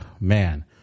man